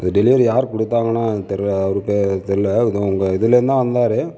இது டெலிவரி யார் கொடுத்தாங்கனு தெரியல தெரியல இது உங்கள் இதுலேருந்துதான் வந்தார்